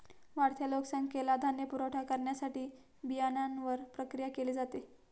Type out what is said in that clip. वाढत्या लोकसंख्येला धान्य पुरवठा करण्यासाठी बियाण्यांवर प्रक्रिया केली जाते